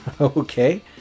Okay